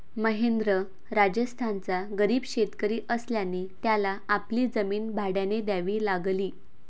महेंद्र राजस्थानचा गरीब शेतकरी असल्याने त्याला आपली जमीन भाड्याने द्यावी लागली